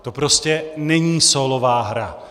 To prostě není sólová hra.